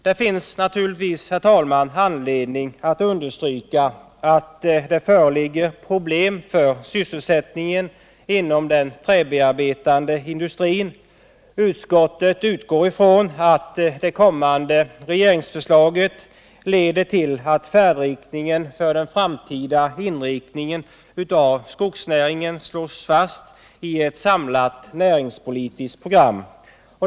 Det finns naturligtvis, herr talman, anledning understryka att det föreligger problem beträffande sysselsättningen inom den träbearbetande industrin. Utskottet utgår ifrån att det kommande regeringsförslaget leder till att linjer för den framtida inriktningen av skogsnäringen slås fast i ett samlat näringspolitiskt program.